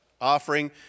offering